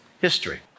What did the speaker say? history